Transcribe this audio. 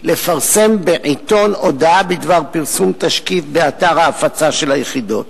לפרסם בעיתון הודעה בדבר פרסום תשקיף באתר ההפצה של היחידות.